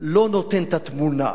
לא נותן את התמונה.